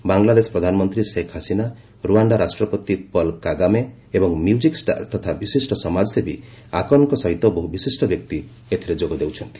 ବାଂଲାଦେଶ ପ୍ରଧାନମନ୍ତ୍ରୀ ଶେଖ୍ ହାସିନା ରୁଆଶ୍ଡା ରାଷ୍ଟ୍ରପତି Paul Kagame ଏବଂ ମ୍ୟୁଜିକ୍ ଷ୍ଟାର ତଥା ବିଶିଷ୍ଟ ସମାଜସେବୀ ଆକନଙ୍କ ସହିତ ବହୁ ବିଶିଷ୍ଟ ବ୍ୟକ୍ତି ଏତ୍ରେ ଯୋଗଦେଉଛନ୍ତି